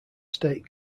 state